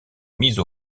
mise